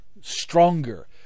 stronger